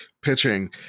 pitching